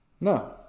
No